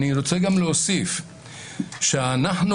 אני רוצה להוסיף שאנחנו,